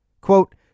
Quote